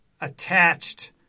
attached